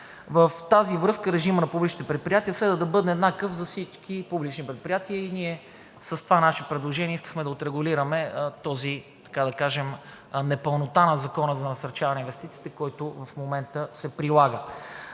В тази връзка режимът на публичните предприятия следва да бъде еднакъв за всички публични предприятия. С това наше предложение искахме да отрегулираме тази, така да кажем, непълнота на Закона за насърчаване на инвестициите, който се прилага